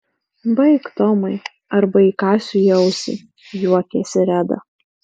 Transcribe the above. baik tomai arba įkąsiu į ausį juokėsi reda